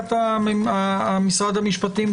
לשיטת משרד המשפטים,